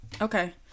okay